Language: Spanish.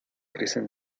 crecen